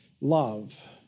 love